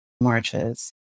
marches